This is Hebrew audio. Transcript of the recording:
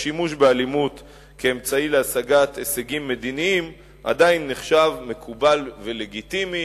השימוש באלימות כאמצעי להשגת הישגים מדיניים עדיין נחשב מקובל ולגיטימי,